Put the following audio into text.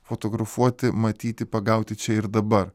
fotografuoti matyti pagauti čia ir dabar